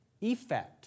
Effect